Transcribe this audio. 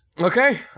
Okay